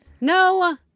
no